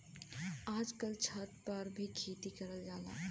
आजकल छत पर भी खेती करल जाला